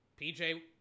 PJ